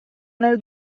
nel